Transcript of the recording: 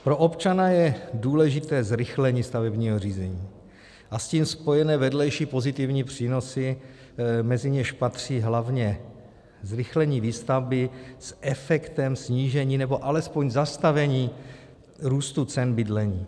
Pro občana je důležité zrychlení stavebního řízení a s tím spojené vedlejší pozitivní přínosy, mezi něž patří hlavně zrychlení výstavby s efektem snížení, nebo alespoň zastavení růstu cen bydlení.